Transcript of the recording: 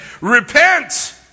repent